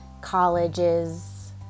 colleges